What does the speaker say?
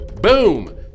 Boom